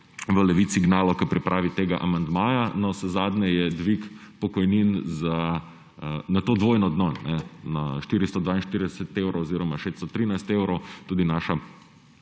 v Levici gnalo k pripravi tega amandmaja. Navsezadnje je dvig pokojnin na to dvojno dno, na 442 evrov oziroma 613 evrov, tudi naša